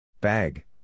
Bag